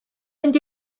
mynd